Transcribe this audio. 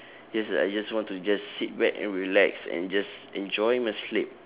just I just want to just sit back and relax and just enjoy my sleep